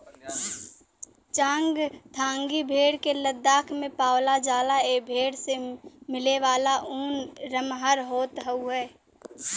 चांगथांगी भेड़ के लद्दाख में पावला जाला ए भेड़ से मिलेवाला ऊन लमहर होत हउवे